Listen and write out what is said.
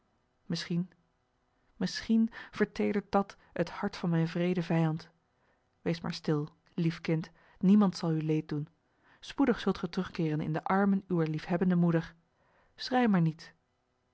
teruggeven misschien misschien verteedert dat het hart van mijn wreeden vijand wees maar stil lief kind niemand zal u leed doen spoedig zult ge terugkeeren in de armen uwer liefhebbende moeder schrei maar niet